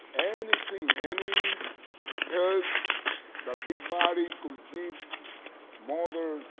anything, any help that this body could give mother